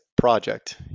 project